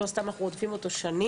לא סתם אנחנו מנסים לקדם אותו שנים.